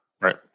Right